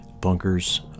Bunkers